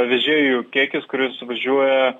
vežėjų kiekis kuris važiuoja